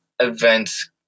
events